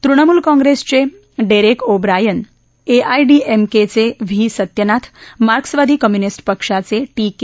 तृणमूल काँग्रसेचे Derek O'Brien एआयडीएमकेचे V Sathyanath मार्क्सवादी कम्युनिस पक्षाचे ीके